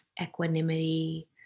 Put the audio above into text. equanimity